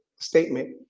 statement